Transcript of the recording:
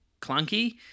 clunky